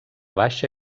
baixa